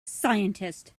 scientist